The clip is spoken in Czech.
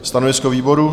Stanovisko výboru?